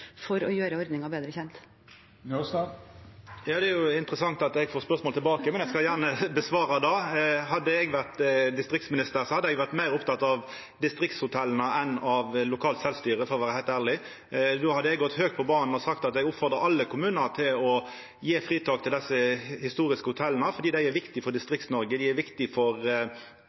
for å gjøre ordningen bedre kjent. Det er jo interessant at eg får spørsmål tilbake, men eg skal gjerne svara. Hadde eg vore distriktsminister, hadde eg vore meir oppteken av distriktshotella enn av lokalt sjølvstyre, for å vera heilt einig. Då hadde eg gått høgt på banen og sagt at eg oppfordrar alle kommunar til å gje fritak til desse historiske hotella, fordi dei er viktige for Distrikts-Noreg, dei er viktige for